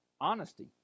honesty